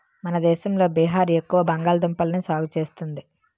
మన దేశంలో బీహార్ ఎక్కువ బంగాళదుంపల్ని సాగు చేస్తుంది